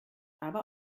aber